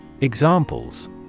Examples